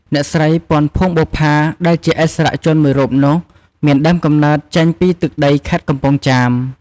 អ្នកស្រី ពាន់ ភួងបុប្ផា ដែលជាឥស្សរជនមួយរូបនោះ មានដើមកំណើតចេញពីទឹកដី ខេត្តកំពង់ចាម។